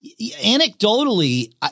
Anecdotally